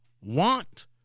want